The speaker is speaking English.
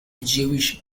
jewish